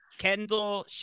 Kendall